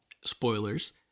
spoilers